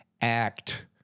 act